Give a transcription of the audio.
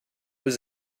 was